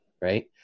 Right